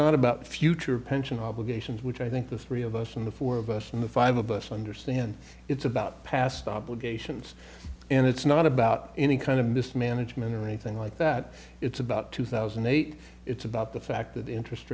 not about future pension obligations which i think the three of us and the four of us and the five of us understand it's about past obligations and it's not about any kind of mismanagement or anything like that it's about two thousand and eight it's about the fact that interest